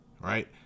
Right